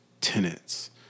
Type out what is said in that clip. tenants